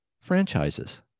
franchises